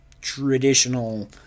traditional